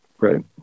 Right